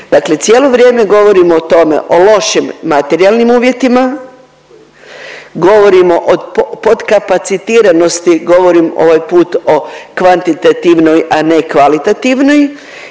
dakle cijelo vrijeme govorimo o tome, o lošim materijalnim uvjetima, govorimo o potkapacitiranosti, govorim ovaj put o kvantitativnoj, a ne kvalitativnoj